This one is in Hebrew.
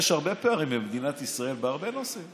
יש הרבה פערים במדינת ישראל בהרבה נושאים